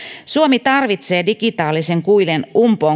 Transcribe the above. suomi tarvitsee digitaalisen kuilun